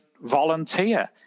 volunteer